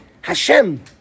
Hashem